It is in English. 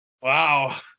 Wow